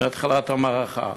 מתחילת המערכה.